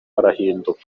arahinduka